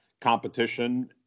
competition